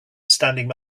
standing